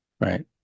right